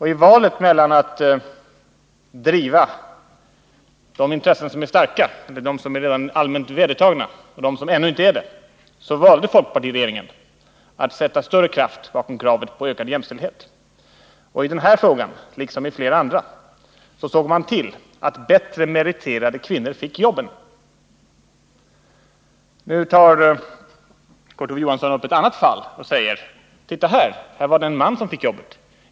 I valet mellan att driva de värderingar som är starka och allmänt vedertagna och de värderingar som ännu inte är det föredrog folkpartiregeringen att sätta större kraft bakom kravet på ökad jämställdhet. I den här frågan liksom i flera andra såg man till att bättre meriterade kvinnor fick jobben. Nu tar Kurt Ove Johansson upp ett annat fall och säger: Titta här! Här var det en man som fick jobbet.